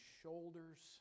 shoulders